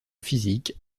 physique